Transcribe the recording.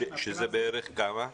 שזה בערך כמה?